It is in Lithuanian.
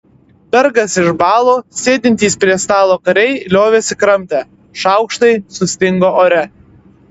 bergas išbalo sėdintys prie stalo kariai liovėsi kramtę šaukštai sustingo ore